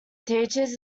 teaches